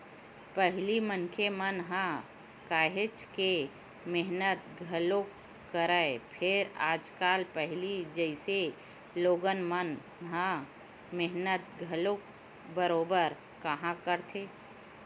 पहिली मनखे मन ह काहेच के मेहनत घलोक करय, फेर आजकल पहिली जइसे लोगन मन ह मेहनत घलोक बरोबर काँहा करथे